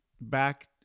back